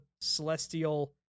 celestial